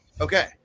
Okay